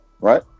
right